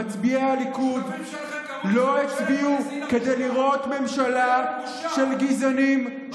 מצביעי הליכוד לא הצביעו כדי לראות ממשלה של גזענים,